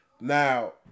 Now